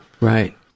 Right